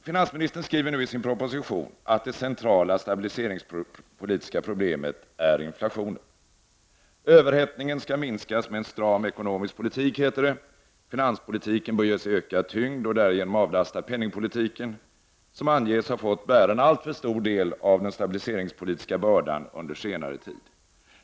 Finansministern skriver i sin proposition att det centrala stabiliseringspolitiska problemet är inflationen. Överhettningen skall minskas med en stram ekonomisk politik, heter det. Finanspolitiken bör ges ökad tyngd och därigenom avlasta penningpolitiken, som anges ha fått bära en alltför stor del av den stabiliseringspolitiska bördan under senare tid.